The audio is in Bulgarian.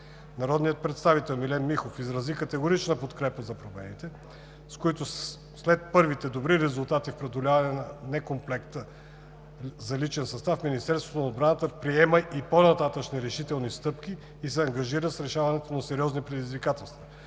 Народният представител Милен Михов изрази категорична подкрепа за промените, с които след първите добри резултати в преодоляване на некомплекта личен състав, Министерството на отбраната предприема и по нататъшни решителни стъпки и се ангажира с решаването на сериозни предизвикателства.